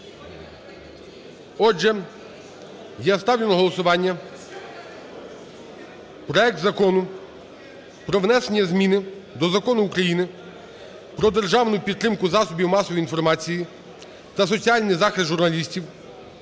Отже, я ставлю на голосування проект Закону про внесення зміни до Закону України "Про державну підтримку засобів масової інформації та соціальний захист журналістів"